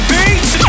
Beats